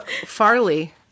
Farley